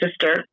sister